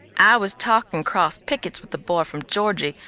i was talkin' cross pickets with a boy from georgie,